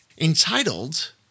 entitled